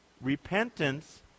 repentance